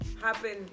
happen